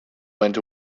went